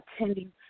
attending